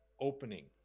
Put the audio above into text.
opening